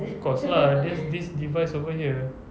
of course lah this this device over here